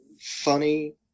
funny